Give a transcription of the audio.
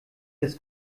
des